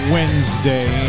Wednesday